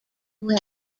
who